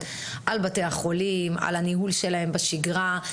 על בתי החולים ועל הניהול שלהם בשגרה.